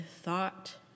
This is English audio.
thought